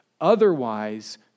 Otherwise